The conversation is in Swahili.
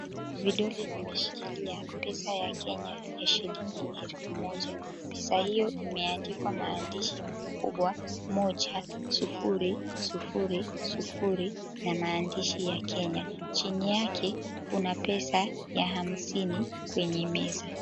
Vidole vimeshikilia pesa ya Kenya ya shilingi elfu moja pesa hiyo imeandikwa maandishi makubwa 1000 maandishi ya Kenya, chini yake kuna pesa ya hasmini kwenye meza.